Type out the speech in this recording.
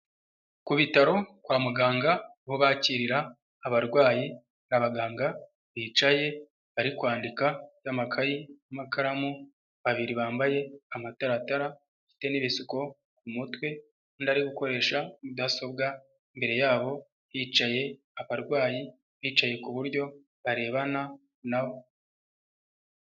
Ku bitaro kwa muganga aho bakirira abarwayi hari abaganga bicaye bari kwandika befite amakayi n'amakaramu, babiri bambaye amataratara bafite n'ibisuko ku mutwe undi ari gukoresha mudasobwa, imbere yabo hicaye abarwayi bicaye ku buryo barebana na bo.